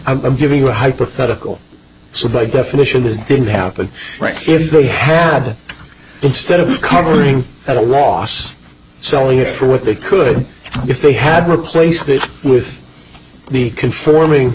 have i'm giving you a hypothetical so by definition this didn't happen right if they had instead of covering at a loss selling it for what they could if they had replaced it with be conforming